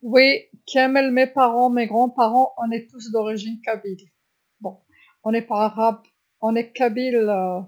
إيه كامل والديا و جدودي، رانا قاع أصل قبايلي، أحنا مشي عرب، أحنا قبايل.